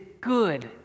good